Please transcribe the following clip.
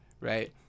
right